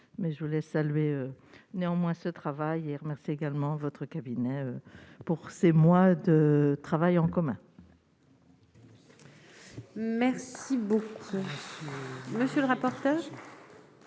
mais je voulais saluer néanmoins ce travail et remercie également votre cabinet pour ces mois de travail en commun. Merci beaucoup monsieur le rapporteur.